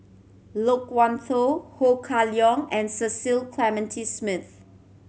Loke Wan Tho Ho Kah Leong and Cecil Clementi Smith